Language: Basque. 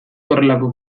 horrelako